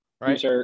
Right